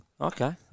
Okay